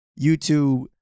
YouTube